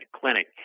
clinic